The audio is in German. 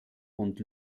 und